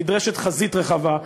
נדרשת חזית רחבה,